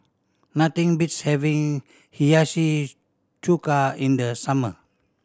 nothing beats having Hiyashi Chuka in the summer